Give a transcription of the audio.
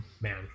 Man